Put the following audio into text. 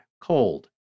cold